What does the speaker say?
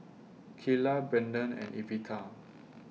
Keila Brenden and Evita